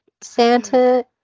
Santa